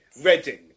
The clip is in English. Reading